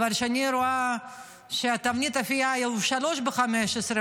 אני רואה שתבנית אפייה שהיו שלוש ב-15,